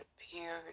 appeared